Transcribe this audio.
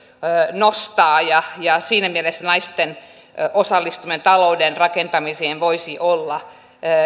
nostaa ja ja siinä mielessä naisten osallistuminen talouden rakentamiseen voisi olla